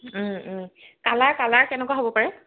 colour কালাৰ কেনেকুৱা হ'ব পাৰে